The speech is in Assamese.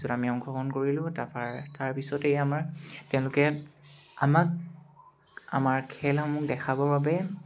ছ' আমি অংশগ্ৰহণ কৰিলোঁ তাপা তাৰপিছতেই আমাৰ তেওঁলোকে আমাক আমাৰ খেলসমূহ দেখাবৰ বাবে